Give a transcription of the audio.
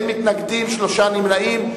אין מתנגדים, שלושה נמנעים.